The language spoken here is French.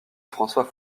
françois